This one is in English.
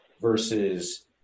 versus